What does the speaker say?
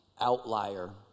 outlier